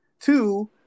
Two